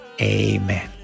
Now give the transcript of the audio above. amen